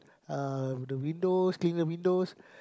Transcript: uh the windows clean the windows